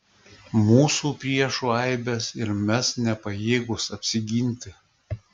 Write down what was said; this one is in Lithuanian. mūsų priešų aibės ir mes nepajėgūs apsiginti